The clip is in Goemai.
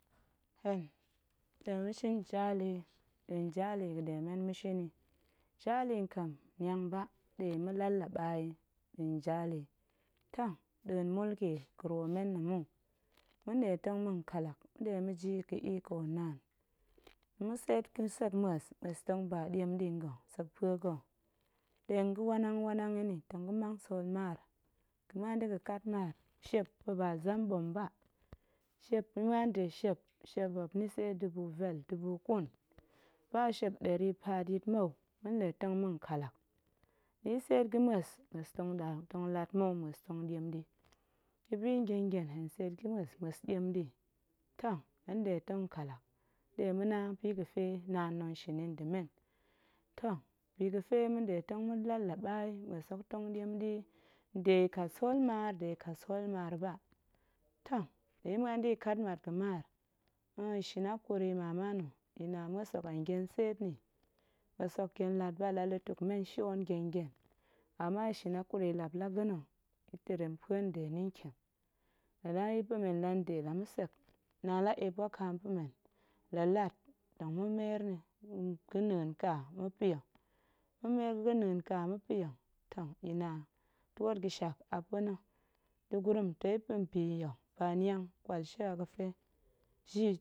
Hen tong ma̱shin jali, nɗa̱a̱n jali ga̱ɗe men tng ma̱shin yi, jali nkem niang ba, ɗe ma̱la laɓa yi nɗa̱a̱n jali, toh nɗa̱a̱n mulki ga̱ ruwo men nna̱ mu, ma̱nɗe tong ma̱n ƙallak ma̱nɗe ma̱n jiyi ga̱ iƙo naan, ma̱tseet ga̱sek mues, mues tong ba ɗe ɗi nga̱ sekpue ga̱, ɗe ga̱wanang wanang yi nni ga sool maar, ga̱ muan da̱ga̱ ƙat maar, shiep ba̱ ba zem ɓom ba, shiep ga̱ muan de shiep, shep muop ni dubu vel dubu ƙun, ba shiep ɗeri paat yit mou, ma̱nɗe tong ma̱n ƙallak, la ya̱ tseet ga̱mues, mues tong lat mou, muen tong ɗiem ɗi, ga̱bi ngyen ngyen hen tseet ga̱mues, mues ɗiem ɗi toh hen nɗe tong ƙallak ɗe ma̱na bi ga̱fe naan tong shin yi nda̱ men, toh bi ga̱fe ma̱nɗe tong ma̱la laɓa yi mues tong ɗiem ɗi nde ya̱ kat sool maar nde ya̱ kat sool maar ba, toh la ya̱ muan da̱ ya̱ kat mat ga̱maar, nnn ya̱ shin hakuri mama na̱ ya̱ mues hok hen gyen tseet nni mues hok gyen lat ba, la lutuk men shion ngyen ngyen, mama ya̱ shin hakuri ya̱ lap la ga̱na̱ ya̱ tirimpue nde nni ntiem, la ɗa ya̱ pa̱ men la nde la ma̱sek, naan la eep wakaam pa̱ men la lat tong ma̱ meer nni ga̱ na̱a̱nka ma̱ pa̱ ya̱, ma̱ meer ga̱ na̱a̱nka ma̱pa̱ ya̱ toh ya̱ na twoot ga̱shak a pa̱na̱, nda̱gurum tong pa̱ bi nya̱ ba niang shewa ga̱fe ji,